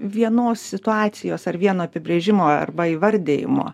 vienos situacijos ar vieno apibrėžimo arba įvardijimo